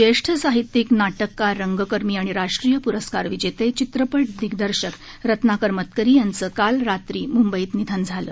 ज्येष्ठ साहित्यिक नाटककार रंगकर्मी आणि राष्ट्रीय पुरस्कार विजेते चित्रपट दिग्दर्शक रत्नाकर मतकरी यांचं काल रात्री मुंबईत निधन झालं